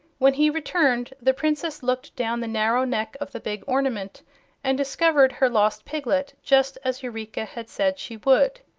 when he returned the princess looked down the narrow neck of the big ornament and discovered her lost piglet, just as eureka had said she would.